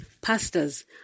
pastors